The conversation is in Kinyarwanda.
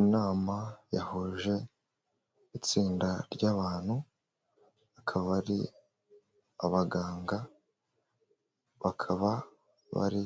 Inama yahuje itsinda ry'abantu akaba ari abaganga, bakaba bari